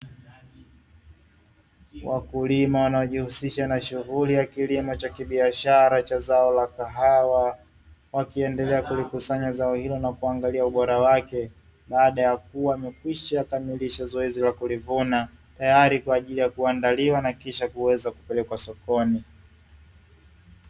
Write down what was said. Wakulima wanaojihusisha na shughuli ya kilimo cha kibiashara cha zao la kahawa, wakiendelea kulikusanya zao hilo na kuangalia ubora wake baada ya kuwa amekwisha kukamilisha zoezi la kulivuna tayari kwa ajili ya kuandaliwa na kisha kuweza kupelekwa sokoni.